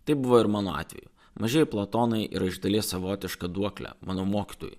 tai buvo ir mano atveju maži platonai yra iš dalies savotiška duoklė mano mokytojui